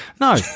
No